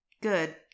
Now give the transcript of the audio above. Good